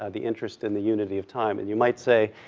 ah the interest in the unity of time, and you might say,